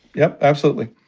yeah, absolutely.